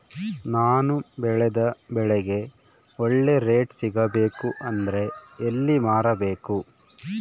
ನಾನು ಬೆಳೆದ ಬೆಳೆಗೆ ಒಳ್ಳೆ ರೇಟ್ ಸಿಗಬೇಕು ಅಂದ್ರೆ ಎಲ್ಲಿ ಮಾರಬೇಕು?